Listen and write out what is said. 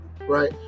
right